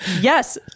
Yes